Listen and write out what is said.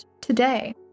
Today